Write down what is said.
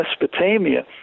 Mesopotamia